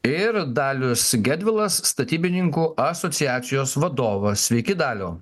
ir dalius gedvilas statybininkų asociacijos vadovas sveiki daliau